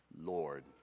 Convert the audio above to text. Lord